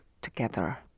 together